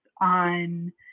on